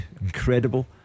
Incredible